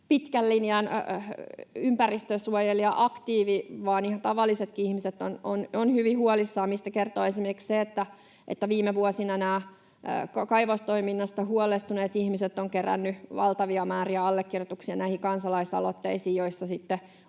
pitkän linjan ympäristönsuojelija-aktiivi, vaan ihan tavallisetkin ihmiset ovat hyvin huolissaan, mistä kertoo esimerkiksi se, että viime vuosina nämä kaivostoiminnasta huolestuneet ihmiset ovat keränneet valtavia määriä allekirjoituksia näihin kansalaisaloitteisiin, joissa sitten